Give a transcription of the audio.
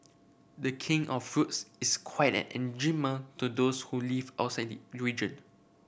the King of Fruits is quite an enigma to those who live outside region